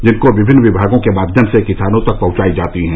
जिनकों विमिन्न विभागों के माध्यम से किसानों तक पहुंचायी जाती है